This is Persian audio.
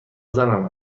زنم